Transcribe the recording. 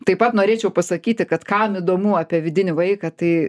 taip pat norėčiau pasakyti kad kam įdomu apie vidinį vaiką tai